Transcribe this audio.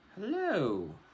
Hello